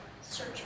Search